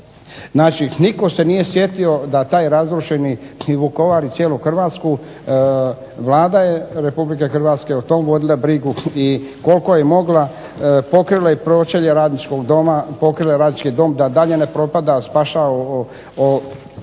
naših, nitko se nije sjetio da taj razrušeni Vukovar i cijelu Hrvatsku Vlada je Republike Hrvatske o tom vodila brigu i koliko je mogla pokrila je pročelje radničkog doma, pokrila je radnički dom da dalje ne propada, spašava